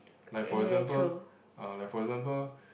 like for example uh like for example